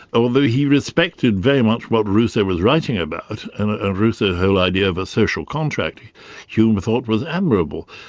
although he respected very much what rousseau was writing about, and ah rousseau's whole idea of a social contract hume thought was admirable,